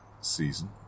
season